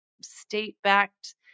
state-backed